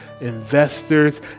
investors